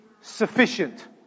sufficient